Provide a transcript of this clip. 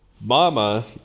mama